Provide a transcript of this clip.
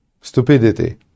stupidity